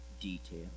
detail